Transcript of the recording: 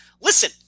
Listen